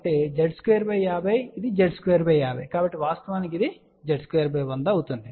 కాబట్టిZ250 ఇది Z250 కాబట్టి వాస్తవానికి ఇది Z2100అవుతుంది